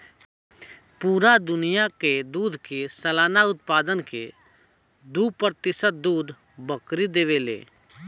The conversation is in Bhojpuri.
पूरा दुनिया के दूध के सालाना उत्पादन के दू प्रतिशत दूध बकरी देवे ले